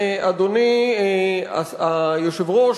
אדוני היושב-ראש,